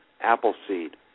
Appleseed